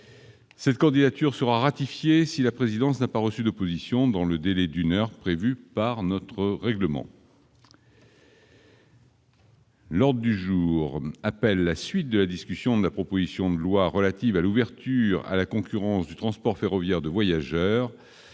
Cette candidature sera ratifiée si la présidence n'a pas reçu d'opposition dans le délai d'une heure prévu par notre règlement. L'ordre du jour appelle la suite de la discussion de la proposition de loi relative à l'ouverture à la concurrence du transport ferroviaire de voyageurs,